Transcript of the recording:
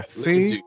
see